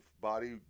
Body